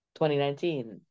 2019